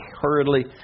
hurriedly